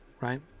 right